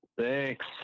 Thanks